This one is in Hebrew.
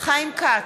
חיים כץ,